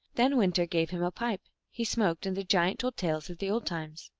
then winter gave him a pipe he smoked, and the giant told tales of the old times.